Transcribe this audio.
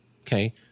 okay